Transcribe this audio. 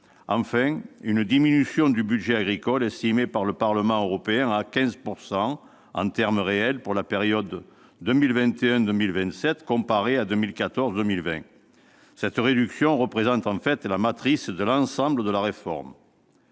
enfin, une diminution du budget agricole, estimée par le Parlement européen à 15 % en termes réels pour la période 2021-2027, comparée à la période 2014-2020. Cette réduction représente, en fait, la matrice de l'ensemble de la réforme.